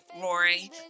Rory